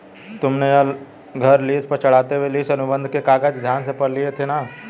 तुमने यह घर लीस पर चढ़ाते हुए लीस अनुबंध के कागज ध्यान से पढ़ लिए थे ना?